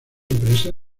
empresa